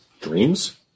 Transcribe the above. Dreams